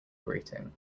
greeting